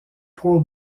pro